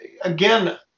again